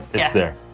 it's there.